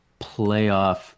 playoff